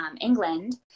england